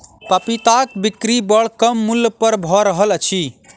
पपीताक बिक्री बड़ कम मूल्य पर भ रहल अछि